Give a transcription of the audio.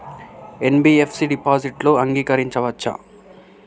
NBFC డిపాజిట్లను అంగీకరించవచ్చా?